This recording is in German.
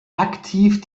aktiv